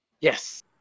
Yes